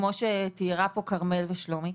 כמו שתיארו כרמל ושלומי.